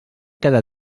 cada